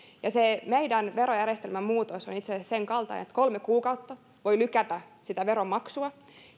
se meidän verojärjestelmän muutos on itse asiassa sen kaltainen että kolme kuukautta voi lykätä sitä veron maksua